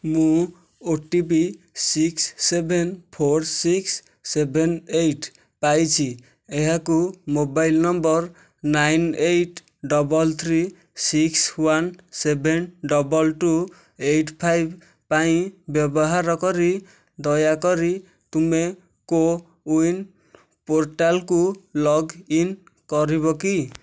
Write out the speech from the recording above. ମୁଁ O T P six seven four six seven eight ପାଇଛି ଏହାକୁ mobile number nine eight double three six one seven double two eight five ପାଇଁ ବ୍ୟବହାର କରି ଦୟାକରି ତୁମେ କୋୱିନ୍ ପୋର୍ଟାଲ୍କୁ ଲଗ୍ଇନ୍ କରିବ କି